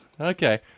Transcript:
Okay